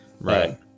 Right